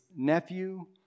nephew